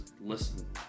listen